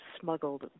smuggled